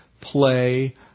play